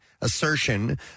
assertion